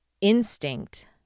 instinct